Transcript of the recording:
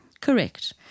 Correct